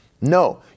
No